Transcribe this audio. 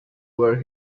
were